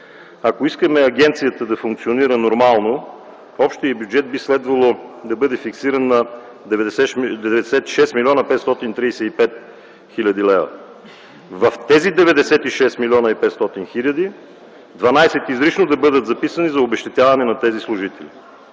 ако искаме агенцията да функционира нормално, общият й бюджет би следвало да бъде фиксиран на 96 млн. 535 хил. лв. В тези 96 млн. 535 хил. лв. – 12 изрично да бъдат записани за обезщетяване на тези служители.